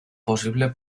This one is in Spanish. posible